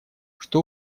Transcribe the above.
что